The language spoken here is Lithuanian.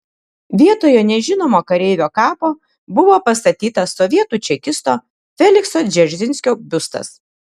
vietoje nežinomo kareivio kapo buvo pastatytas sovietų čekisto felikso dzeržinskio biustas